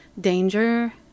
danger